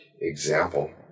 example